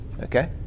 okay